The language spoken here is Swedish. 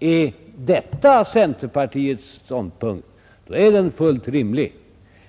Är detta centerpartiets ståndpunkt, är den fullt rimlig.